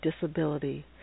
disability